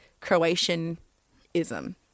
Croatianism